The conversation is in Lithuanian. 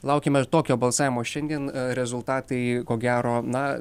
laukiame tokio balsavimo šiandien rezultatai ko gero na